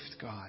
God